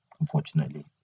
Unfortunately